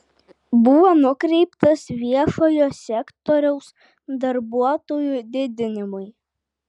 buvo nukreiptas viešojo sektoriaus darbuotojų didinimui